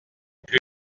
plus